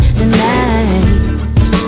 tonight